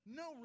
no